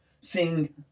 sing